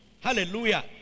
Hallelujah